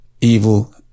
evil